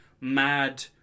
mad